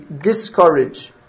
discourage